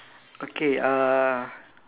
okay uh